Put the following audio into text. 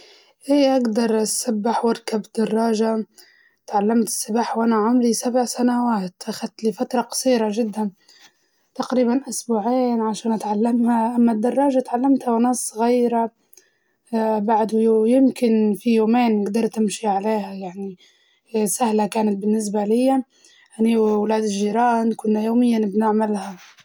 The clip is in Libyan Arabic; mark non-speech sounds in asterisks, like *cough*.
إي أقدر أسبح وأركب دراجة، تعلمت السباحة وأنا عمري سبع سنوات أخدتلي فترة قصيرة جداً تقريباً أسبوعين عشان أتعلمها، أما الدراجة تعلمتها وأنا صغيرة *hesitation* بعد ويمكن في يومين قدرت أمشي عليها يعني، سهلة كانت بالنسبة ليا أني وولاد الجيران كنا يومياً نعملها.